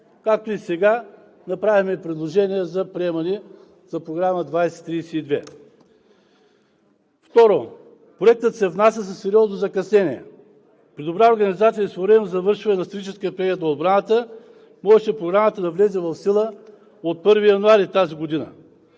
както и сега е направено предложение за приемане на Програма 2032. Второ, Проектът се внася със сериозно закъснение. При добра организация своевременно за завършване на стратегическия преглед на отбраната, можеше Програмата да влезе в сила от 1 януари тази година.